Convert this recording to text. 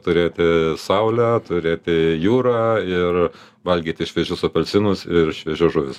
turėti saulę turėti jūrą ir valgyti šviežius apelsinus ir šviežias žuvis